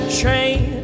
train